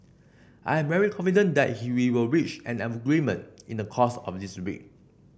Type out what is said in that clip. I am very confident that he will reach an agreement in the course of this week